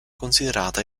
considerata